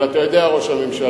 אבל אתה יודע, ראש הממשלה,